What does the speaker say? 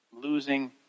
losing